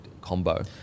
combo